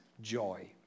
joy